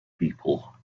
people